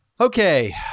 Okay